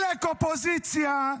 עלק אופוזיציה.